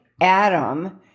Adam